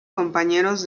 compañeros